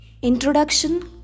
Introduction